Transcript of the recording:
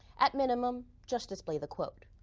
at minimum, just display the quote.